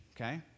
Okay